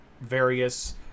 various